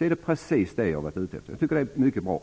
är det precis vad jag har varit ute efter. Jag tycker att det är mycket bra.